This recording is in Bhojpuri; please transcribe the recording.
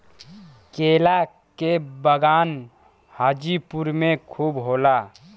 केला के बगान हाजीपुर में खूब होला